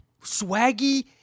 Swaggy